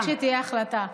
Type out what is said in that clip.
אוקיי, רק שתהיה החלטה.